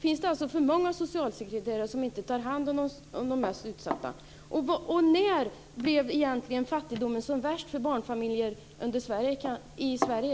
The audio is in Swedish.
Finns det alltså för många socialsekreterare som inte tar hand om de mest utsatta? När blev egentligen fattigdomen som värst för barnfamiljer i Sverige?